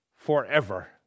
Forever